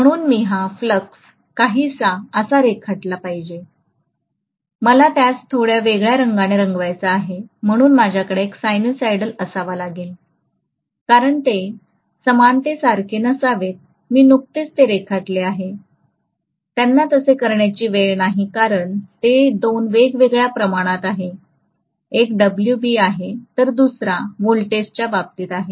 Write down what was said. म्हणून मी हा फ्लक्स काहीसा असा रेखाटला पाहिजे मला त्यास थोडा वेगळ्या रंगाने रंगवायचा आहे म्हणून माझ्याकडे एक सायनुसॉइड असावा लागेल कारण ते समानतेसारखे नसावेत मी नुकतेच ते रेखाटले आहे त्यांना तसे करण्याची गरज नाही कारण ते दोन वेगवेगळ्या प्रमाणात आहेत एक Wb आहे तर दुसरा व्होल्टच्या बाबतीत आहे